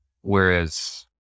Whereas